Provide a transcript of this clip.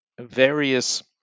various